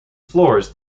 floors